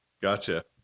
Gotcha